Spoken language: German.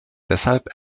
deshalb